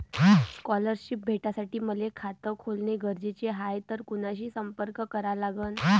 Scholarship भेटासाठी मले खात खोलने गरजेचे हाय तर कुणाशी संपर्क करा लागन?